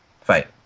fight